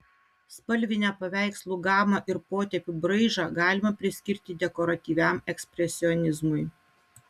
spalvinę paveikslų gamą ir potėpių braižą galima priskirti dekoratyviam ekspresionizmui